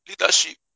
Leadership